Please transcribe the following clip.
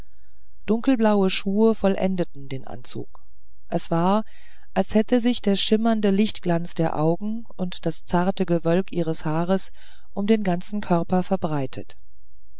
dunkelblaue schuhe vollendeten den anzug es war als hätte sich der schimmernde lichtglanz der augen und das zarte gewölk des haares um den ganzen körper verbreitet